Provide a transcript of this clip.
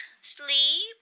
sleep